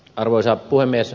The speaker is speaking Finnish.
arvoisa puhemies